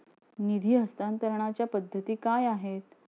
निधी हस्तांतरणाच्या पद्धती काय आहेत?